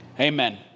Amen